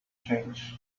changed